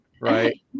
Right